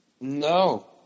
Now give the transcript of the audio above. No